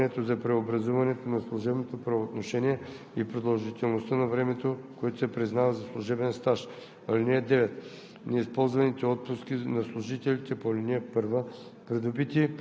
служебните книжки на служителите по ал. 1 се вписват датата и основанието за преобразуването на служебното правоотношение и продължителността на времето, което се признава за служебен стаж.